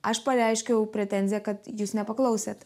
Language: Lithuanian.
aš pareiškiau pretenziją kad jūs nepaklausėt